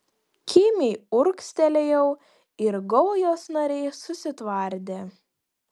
kimiai urgztelėjau ir gaujos nariai susitvardė